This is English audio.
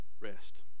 rest